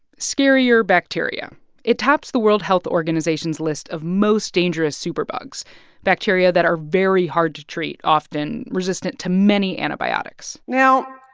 scarier bacteria it tops the world health organization's list of most dangerous superbugs bacteria that are very hard to treat, often resistant to many antibiotics now,